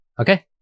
Okay